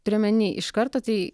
turiu omeny iš karto tai